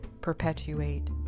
perpetuate